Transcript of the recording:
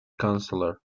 councillor